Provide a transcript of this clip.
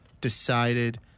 decided